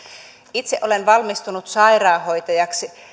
itse olen valmistunut sairaanhoitajaksi